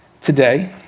today